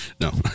No